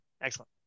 excellent